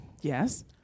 Yes